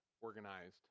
organized